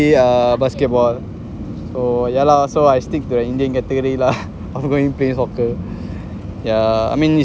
play uh basketball or yeah lah so I stick to the indian catergory lah I'm going to play soccer yeah I mean